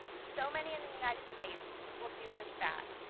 so many in the united states will do just that,